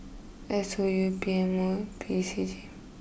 S O U P M O P C G